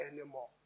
anymore